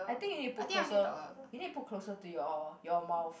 I think you need put closer you need to put closer to your your mouth